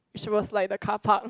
which was like the carpark